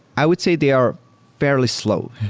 i would say they are fairly slow,